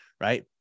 right